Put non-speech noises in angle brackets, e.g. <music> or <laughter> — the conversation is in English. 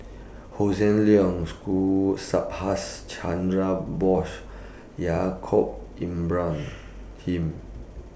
Hossan Leong <unintelligible> Subhas Chandra Bose Yaacob Ibrahim